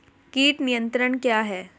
कीट नियंत्रण क्या है?